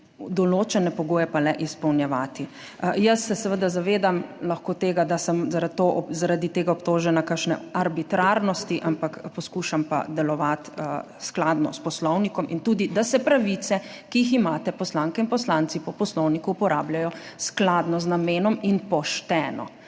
določene pogoje pa le izpolnjevati. Jaz se seveda lahko zavedam tega, da sem zaradi tega obtožena kakšne arbitrarnosti, ampak poskušam pa delovati skladno s poslovnikom in tudi, da se pravice, ki jih imate poslanke in poslanci po poslovniku, uporabljajo skladno z namenom in pošteno.